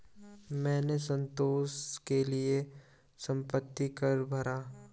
मैंने संतोष के लिए संपत्ति कर भरा